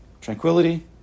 Tranquility